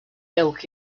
elk